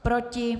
Proti?